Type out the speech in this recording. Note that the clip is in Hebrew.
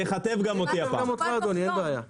קיבלת תשובה תוך יום אחד.